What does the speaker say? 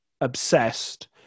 obsessed